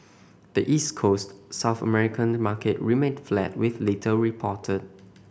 the East Coast South American market remained flat with little reported